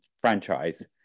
franchise